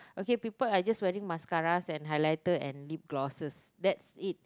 okay people I just wearing mascaras and highlighter and lip glosses that's it